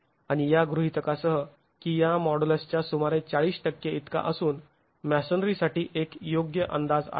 आणि या गृहितकासह की या मॉडुलसच्या सुमारे 40 इतका असून मॅसोनरीसाठी एक योग्य अंदाज आहे